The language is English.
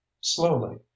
slowly